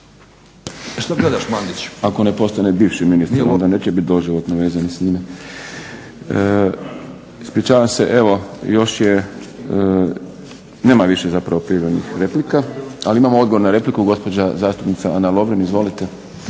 Boris (SDP)** Ako postane bivši ministar onda neće biti doživotno vezani s njime. Ispričavam se, nema više prijavljenih replika ali imamo odgovor na repliku uvažena zastupnica Ana Lovrin. Izvolite.